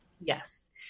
yes